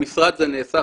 במשרד זה נעשה,